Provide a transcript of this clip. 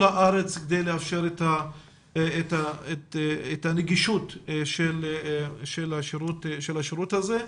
הארץ כדי לאפשר את הנגישות של השירות הזה.